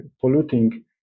polluting